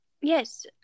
Yes